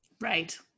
Right